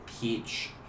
peach